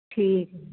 ਠੀਕ ਜੀ